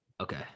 Okay